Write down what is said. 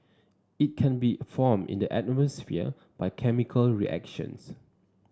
it can be formed in the atmosphere by chemical reactions